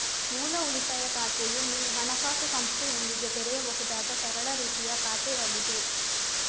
ಮೂಲ ಉಳಿತಾಯ ಖಾತೆಯು ನೀವು ಹಣಕಾಸು ಸಂಸ್ಥೆಯೊಂದಿಗೆ ತೆರೆಯಬಹುದಾದ ಸರಳ ರೀತಿಯ ಖಾತೆಯಾಗಿದೆ